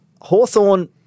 Hawthorne